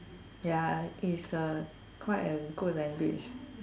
ya is a quite a good language